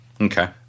Okay